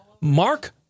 mark